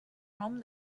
nom